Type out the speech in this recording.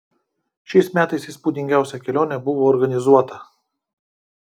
šiais metais įspūdingiausia kelionė buvo organizuota